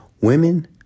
women